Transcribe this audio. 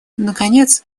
наконец